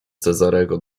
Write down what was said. cezarego